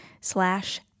slash